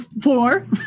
four